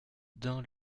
dun